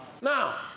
Now